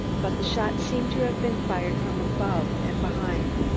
but the shot seems to have been fired from above and behind.